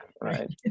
right